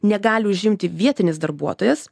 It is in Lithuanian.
negali užimti vietinis darbuotojas